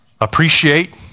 appreciate